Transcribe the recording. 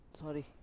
Sorry